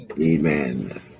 Amen